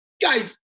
Guys